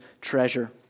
treasure